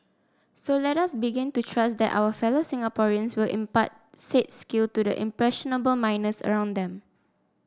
so let us begin to trust that our fellow Singaporeans will impart said skill to the impressionable minors around them